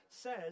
says